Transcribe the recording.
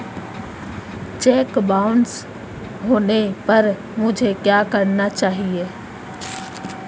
Check bounce होने पर मुझे क्या करना चाहिए?